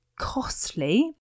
costly